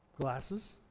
glasses